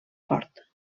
fort